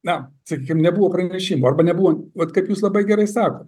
na sakykim nebuvo pranešimų arba nebuvo vat kaip jūs labai gerai sakot